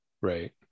right